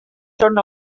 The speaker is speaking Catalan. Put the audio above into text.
són